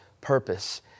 purpose